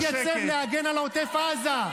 מי שלא התייצב להגן על עוטף עזה,